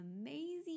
amazing